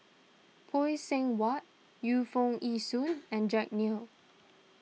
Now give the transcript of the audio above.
Phay Seng Whatt Yu Foo Yee Shoon and Jack Neo